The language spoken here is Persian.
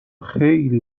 خیلی